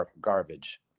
garbage